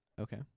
Okay